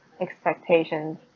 expectations